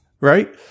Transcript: Right